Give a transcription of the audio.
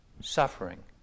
suffering